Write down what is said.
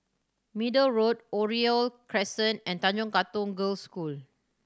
Middle Road Oriole Crescent and Tanjong Katong Girls' School